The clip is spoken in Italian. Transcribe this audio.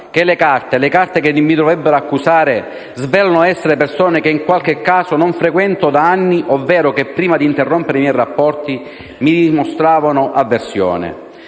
carte, le carte che mi dovrebbero accusare, svelano essere persone che in qualche caso non frequento da anni, ovvero che, prima di interrompere i miei rapporti, mi dimostravano avversione.